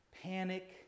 panic